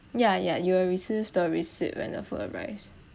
ya ya you will receive the receipt when the food arrived